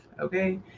Okay